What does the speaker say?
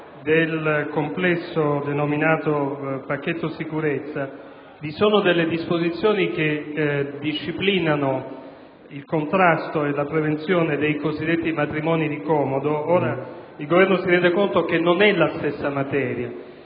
del complesso denominato «pacchetto sicurezza» vi sono disposizioni che disciplinano il contrasto e la prevenzione dei cosiddetti matrimoni di comodo. Il Governo si rende conto che non è la stessa materia